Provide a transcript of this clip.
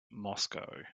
moscow